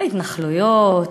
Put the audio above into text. בהתנחלויות,